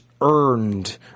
earned